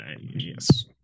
Yes